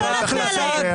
הכנסת לא נתנה להם.